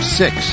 six